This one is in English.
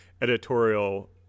editorial